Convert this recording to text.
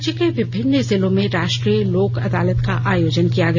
राज्य के विभिन्न जिलों में राष्ट्रीय लोक अदालत का आयोजन किया गया